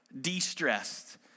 de-stressed